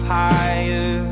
higher